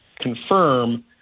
confirm